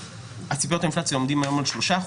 ציפיות האינפלציה עומדות היום על 3%,